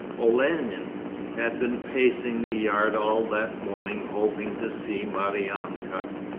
olenin had been pacing the yard all that morning hoping to see maryanka.